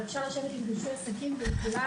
אבל אפשר לשבת עם רישוי עסקים ועם כולם.